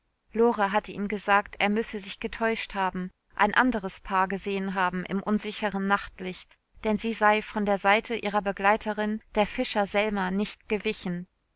lore hatte ihm gesagt er müsse sich getäuscht haben ein anderes paar gesehen haben im unsicheren nachtlicht denn sie sei von der seite ihrer begleiterin der fischer selma nicht gewichen